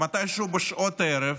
מתישהו בשעות הערב,